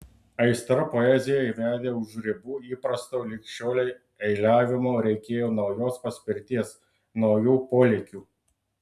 aistra poezijai vedė už ribų įprasto lig šiolei eiliavimo reikėjo naujos paspirties naujų polėkių